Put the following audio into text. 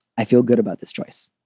i feel good about this choice,